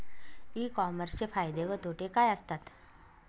E कॉमर्सचे फायदे व तोटे काय असतात?